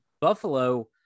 Buffalo